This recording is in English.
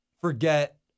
forget